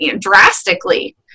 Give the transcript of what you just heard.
drastically